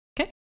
Okay